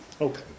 Okay